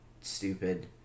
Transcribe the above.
stupid